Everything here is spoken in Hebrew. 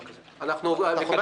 אתה יכול לבדוק עוד פעם?